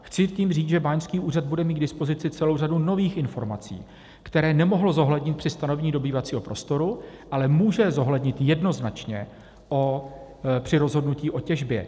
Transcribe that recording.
Chci tím říct, že báňský úřad bude mít k dispozici celou řadu nových informací, které nemohl zohlednit při stanovení dobývacího prostoru, ale může je zohlednit jednoznačně při rozhodnutí o těžbě.